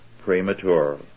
premature